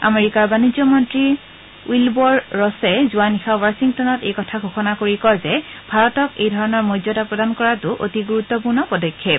আমেৰিকাৰ বাণিজ্য মন্ত্ৰী উইলবৰ ৰছে যোৱা নিশা ৱাধিংটনত এই কথা ঘোষণা কৰি কয় যে ভাৰতক এই ধৰণৰ মৰ্যাদা প্ৰদান কৰাটো অতি গুৰুত্বপূৰ্ণ পদক্ষেপ